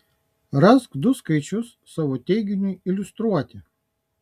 rask du skaičius savo teiginiui iliustruoti